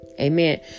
Amen